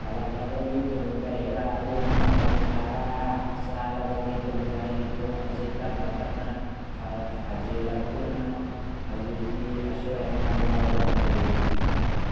ꯍꯂꯛꯂꯕꯒꯤ ꯇꯨꯡꯗ ꯍꯤꯗꯥꯛ ꯑꯗꯨ ꯃꯇꯝ ꯈꯔ ꯆꯥꯔꯕꯒꯤ ꯇꯨꯡꯗ ꯑꯩꯒꯤ ꯈꯣꯡ ꯑꯁꯦ ꯇꯞꯅ ꯇꯞꯅ ꯐ ꯐꯖꯤꯜꯂꯛꯇꯨꯅ ꯍꯧꯖꯤꯛꯇꯤ ꯑꯁꯣꯏ ꯑꯉꯥꯝ ꯌꯥꯎꯗꯅ ꯂꯩꯔꯤ